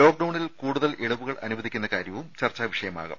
ലോക്ഡൌണിൽ കൂടുതൽ ഇളവുകൾ അനുവദിക്കുന്ന കാര്യവും ചർച്ചാ വിഷയമാകും